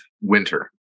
winter